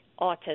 Autism